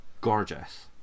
gorgeous